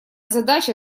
задача